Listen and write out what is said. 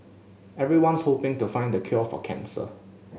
everyone's hoping to find the cure for cancer